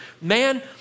Man